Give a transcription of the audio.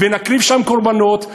נקריב שם קורבנות,